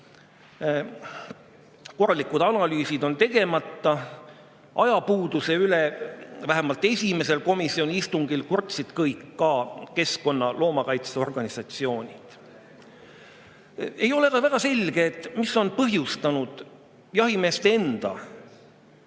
Korralikud analüüsid on tegemata. Ajapuuduse üle vähemalt esimesel komisjoni istungil kurtsid ka kõik keskkonna- ja loomakaitse organisatsioonid. Ei ole ka väga selge, mis on põhjustanud jahimeeste enda